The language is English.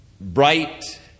bright